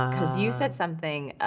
because you said something,